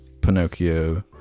pinocchio